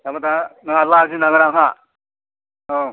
माबा दा नङाबा लाजिनांगोन आंहा औ